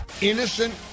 innocent